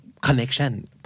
connection